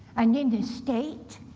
and in the state,